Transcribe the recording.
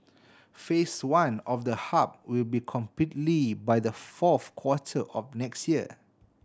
Phase One of the hub will be completed by the fourth quarter of next year